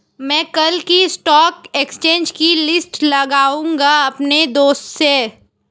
मै कल की stock exchange की लिस्ट लाऊंगा अपने दोस्त से